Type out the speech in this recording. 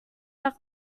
nach